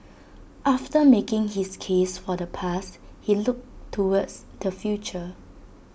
after making his case for the past he looked towards the future